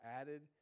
added